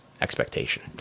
expectation